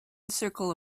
circle